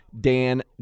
Dan